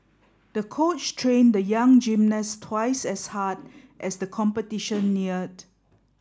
the coach trained the young gymnast twice as hard as the competition neared